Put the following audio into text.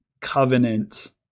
covenant